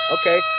Okay